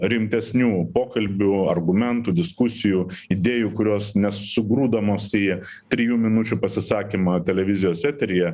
rimtesnių pokalbių argumentų diskusijų idėjų kurios nesugrūdamos į trijų minučių pasisakymą televizijos eteryje